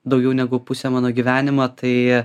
daugiau negu pusė mano gyvenimo tai